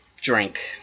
drink